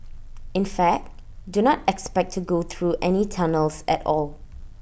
in fact do not expect to go through any tunnels at all